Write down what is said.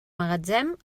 magatzem